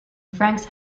franks